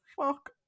fuck